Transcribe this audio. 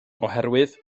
oherwydd